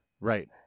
Right